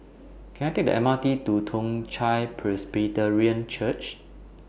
Can I Take The M R T to Toong Chai Presbyterian Church